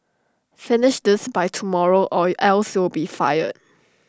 finish this by tomorrow or else you'll be fired